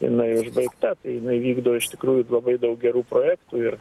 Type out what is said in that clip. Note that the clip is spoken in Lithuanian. jinai užbaigta tai jinai vykdo iš tikrųjų labai daug gerų projektų ir